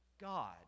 God